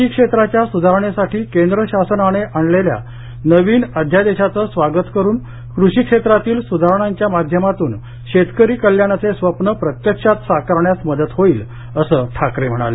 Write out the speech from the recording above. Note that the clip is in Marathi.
शेती क्षेत्राच्या सुधारणेसाठी केंद्र शासनाने आणलेल्या नवीन अध्यादेशाचं स्वागत करून कृषी क्षेत्रातील सुधारणांच्या माध्यमातून शेतकरी कल्याणाचे स्वप्न प्रत्यक्षात साकारण्यास मदत होईल असं ठाकरे म्हणाले